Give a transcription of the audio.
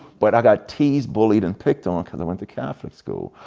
but i got teased, bullied and picked on because i went to catholic school.